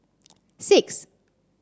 six